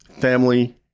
Family